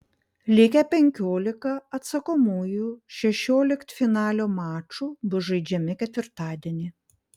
likę penkiolika atsakomųjų šešioliktfinalio mačų bus žaidžiami ketvirtadienį